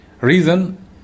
Reason